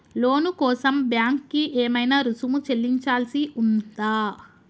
లోను కోసం బ్యాంక్ కి ఏమైనా రుసుము చెల్లించాల్సి ఉందా?